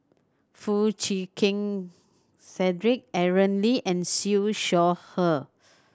Foo Chee Keng Cedric Aaron Lee and Siew Shaw Her